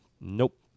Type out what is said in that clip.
Nope